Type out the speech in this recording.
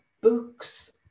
books